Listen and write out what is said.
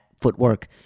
footwork